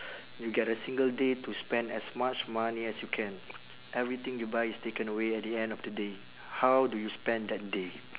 you get a single day to spend as much money as you can everything you buy is taken away at the end of the day how do you spend that day